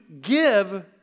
give